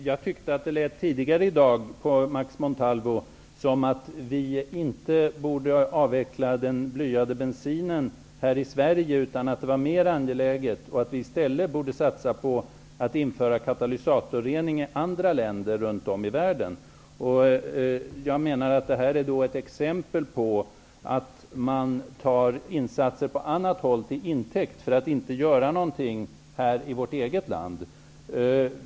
Herr talman! Tidigare i dag tyckte jag att det lät på Max Montalvo som om vi inte borde avveckla den blyade bensinen här i Sverige, utan att det var mer angeläget att vi satsade på att införa katalysatorrening i andra länder runt om i världen. Det är ett exempel på att man tar insatser på annat håll till intäkt för att inte göra något här i vårt eget land.